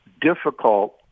difficult